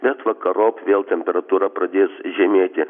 bet vakarop vėl temperatūra pradės žemėti